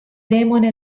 demone